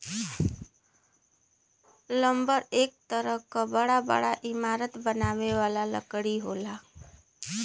lumber एक तरह क बड़ा बड़ा इमारत बनावे वाला लकड़ी होला